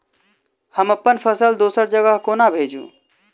हम अप्पन फसल दोसर जगह कोना भेजू?